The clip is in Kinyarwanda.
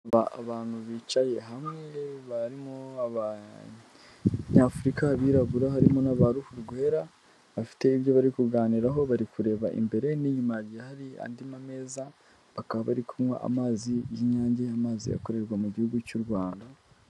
Abantu bicaye hamwe, barimo aba nyafurika, abirabura, harimo n'aba ruhu rwera, bafite ibyo bari kuganiraho, bari kureba imbere n'iyuma hagiye hari andi meza bakaba bari kunywa amazi y'inyange, amazi akorerwa mu gihugu cy'u Rwanda.